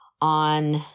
on